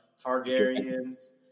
Targaryens